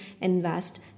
invest